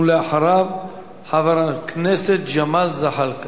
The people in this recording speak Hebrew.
אחריו, חבר הכנסת ג'מאל זחאלקה.